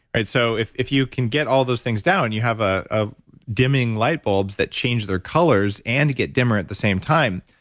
right? so, if if you can get all those things down, and you have ah ah dimming light bulbs that change their colors and get dimmer at the same time,